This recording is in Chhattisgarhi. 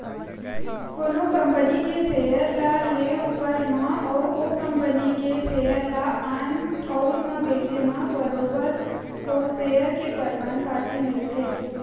कोनो कंपनी के सेयर ल लेए ऊपर म अउ ओ कंपनी के सेयर ल आन ठउर म बेंचे म बरोबर ओ सेयर के परमान पाती मिलथे